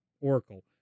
Oracle